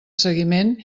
seguiment